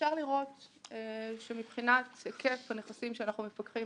אפשר לראות שהיקף הנכסים שאנחנו מפקחים